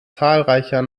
zahlreicher